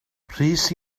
rhys